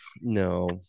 No